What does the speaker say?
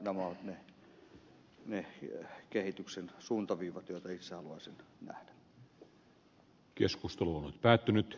nämä ovat ne kehityksen suuntaviivat joita itse haluaisin nähdä